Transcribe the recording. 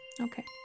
Okay